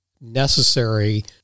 necessary